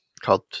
called